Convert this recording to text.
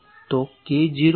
તો k0 r શું છે